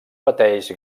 pateix